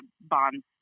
bonds